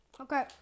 Okay